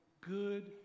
good